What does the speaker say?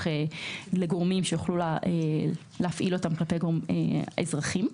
לגורמים שיוכלו להפעיל אותם כלפי אזרחים.